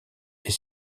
est